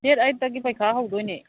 date ꯑꯩꯠꯇꯒꯤ ꯄꯩꯈꯥ ꯍꯧꯗꯣꯏꯅꯦ